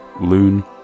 Loon